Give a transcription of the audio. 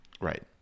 Right